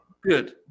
Good